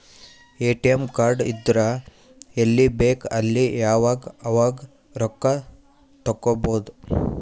ATM card ಇದ್ದುರ್ ಎಲ್ಲಿ ಬೇಕ್ ಅಲ್ಲಿ ಯಾವಾಗ್ ಅವಾಗ್ ರೊಕ್ಕಾ ತೆಕ್ಕೋಭೌದು